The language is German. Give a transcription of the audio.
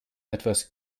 etwas